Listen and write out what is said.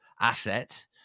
asset